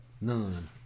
None